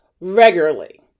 regularly